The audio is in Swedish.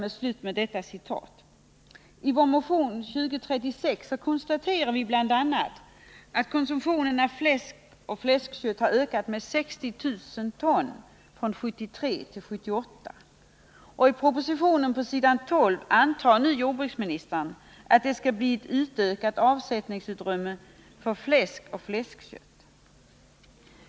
I vår motion 2036 konstaterar vi bl.a. att konsumtionen av fläsk och fläskkött har ökat med 60 000 ton från 1973 till 1978, och i propositionen på s. 12 säger jordbruksministern att han antar att det skall bli ett utökat avsättningsutrymme för fläsk och fläskkött.